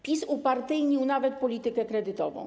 PiS upartyjnił nawet politykę kredytową.